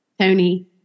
Tony